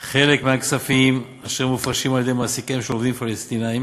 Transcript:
הפלסטינית: חלק מהכספים אשר מופרשים על-ידי מעסיקיהם של עובדים פלסטינים